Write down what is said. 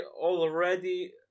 already